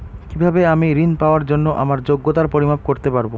কিভাবে আমি ঋন পাওয়ার জন্য আমার যোগ্যতার পরিমাপ করতে পারব?